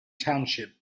township